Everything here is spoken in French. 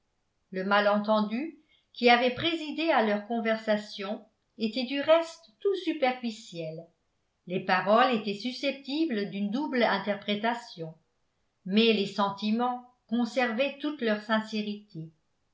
le malentendu qui avait présidé à leur conversation était du reste tout superficiel les paroles étaient susceptibles d'une double interprétation mais les sentiments conservaient toute leur sincérité